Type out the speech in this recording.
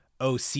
OC